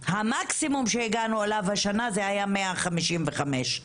המקסימום שהגענו אליו השנה זה היה מאה חמישים וחמש.